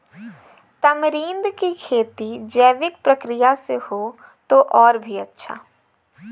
tamarind की खेती जैविक प्रक्रिया से हो तो और भी अच्छा